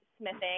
smithing